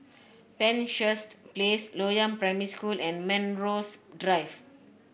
Penshurst Place Loyang Primary School and Melrose Drive